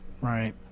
right